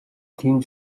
тийм